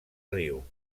riu